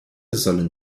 sollen